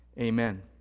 Amen